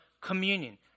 communion